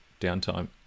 downtime